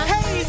Hey